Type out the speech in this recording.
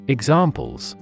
Examples